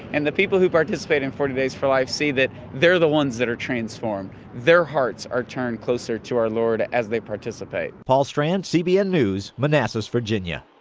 and the people who participate in forty days for life see that they're the ones that are transformed. their hearts are turned closer to our lord as they participate. paul strand, cbn news, manassas, virginia.